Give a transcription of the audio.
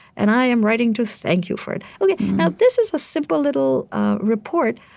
and i am writing to thank you for it. now this is a simple little report,